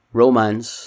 romance